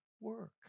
work